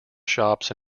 shops